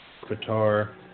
Qatar